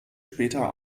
später